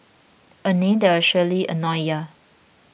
a name that will surely annoy ya